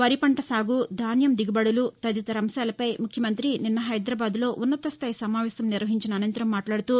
వరి పంట సాగు ధాన్యం దిగుబడులు తదితర అంశాలపై ముఖ్యమంత్రి నిన్న హైదరాబాద్ లో ఉన్నత స్థాయి సమావేశం నిర్వహించిన అనంతరం మాట్లాడుతూ